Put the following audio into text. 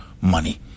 money